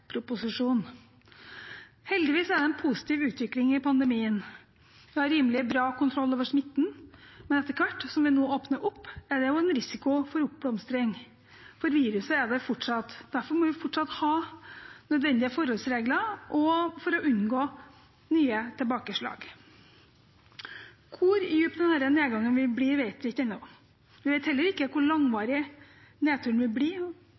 en positiv utvikling i pandemien. Vi har rimelig bra kontroll over smitten, men etter hvert som vi nå åpner opp, er det også en risiko for oppblomstring, for viruset er der fortsatt. Derfor må vi fortsatt ha nødvendige forholdsregler for å unngå nye tilbakeslag. Hvor dyp denne nedgangen vil bli, vet vi ikke ennå. Vi vet heller ikke hvor